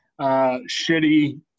shitty